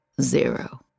Zero